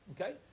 Okay